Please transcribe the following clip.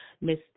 Miss